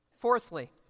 Fourthly